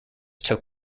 took